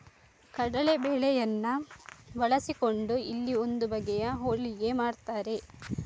ಕಡಲೇ ಬೇಳೆಯನ್ನ ಬಳಸಿಕೊಂಡು ಇಲ್ಲಿ ಒಂದು ಬಗೆಯ ಹೋಳಿಗೆ ಮಾಡ್ತಾರೆ